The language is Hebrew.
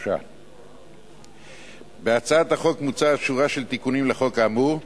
3). בהצעת החוק מוצעת שורה של תיקונים לחוק האמור,